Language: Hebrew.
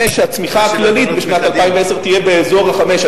5% הצמיחה הכללית בשנת 2010 תהיה באזור ה-5%.